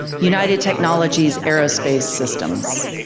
united technologies aerospace systems.